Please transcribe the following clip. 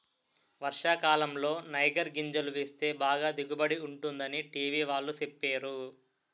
వర్షాకాలంలో నైగర్ గింజలు వేస్తే బాగా దిగుబడి ఉంటుందని టీ.వి వాళ్ళు సెప్పేరు